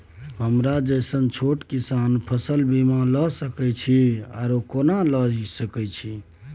हमरा जैसन छोट किसान फसल बीमा ले सके अछि आरो केना लिए सके छी?